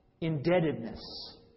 indebtedness